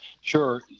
Sure